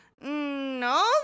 No